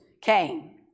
came